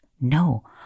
No